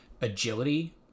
agility